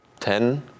10